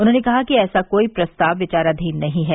उन्होंने कहा कि ऐसा कोई प्रस्ताव विचाराधीन नहीं है